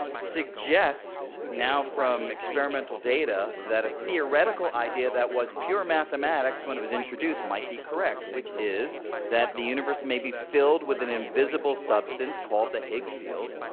suggests now from experimental data, that a theoretical idea that was pure mathematics when it was introduced, might be correct. which is that the universe may be filled with an invisible substance called the higgs field,